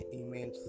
email